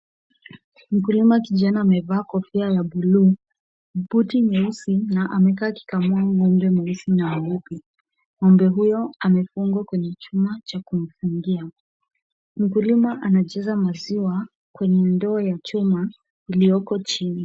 Mkulima kijana amevaa kofia ya buluu, kabuti nyeusi na amekaa akikamua ng'ombe mweusi na mweupe. Ng'ombe huyo amefungwa kwenye chuma cha kumfungia. Mkulima anajaza maziwa kwenye ndoo ya chuma ilioko chini.